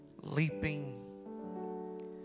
leaping